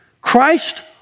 Christ